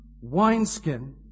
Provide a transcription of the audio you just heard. wineskin